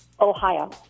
Ohio